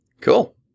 Cool